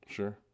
Sure